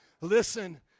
Listen